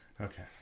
Okay